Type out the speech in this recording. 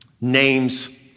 names